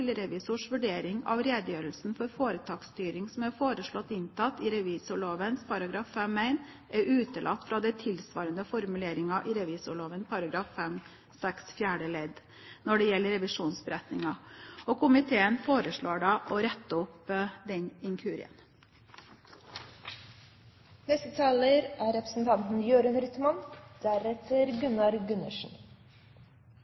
revisors vurdering av redegjørelsen for foretaksstyring som er foreslått inntatt i revisorloven § 5-1, er utelatt fra den tilsvarende formuleringen i revisorloven § 5-6 fjerde ledd nr. 4 når det gjelder revisjonsberetningen. Komiteen foreslår at den inkurien rettes opp.